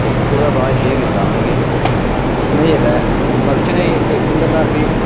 ते फ्ही ओह्दे बाद च केह् कीता उनें के उनें जेल्लै फक्शंनै च इक उंदे घर फ्ही